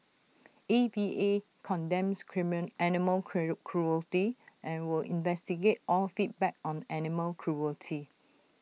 A V A condemns creamer animal cure cruelty and will investigate all feedback on animal cruelty